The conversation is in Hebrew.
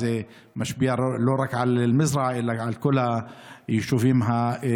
זה משפיע לא רק על מזרעה אלא גם על כל היישובים הסמוכים.